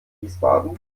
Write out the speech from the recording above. wiesbaden